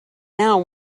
now